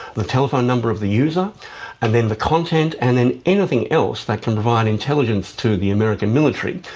the telephone number of the user and then the content and then anything else that can provide intelligence to the american military.